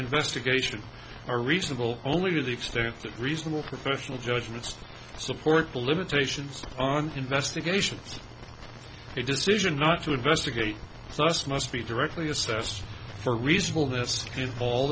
investigation are reasonable only to the extent that reasonable professional judgments support limitations on investigation a decision not to investigate such must be directly assessed for reasonable miss good all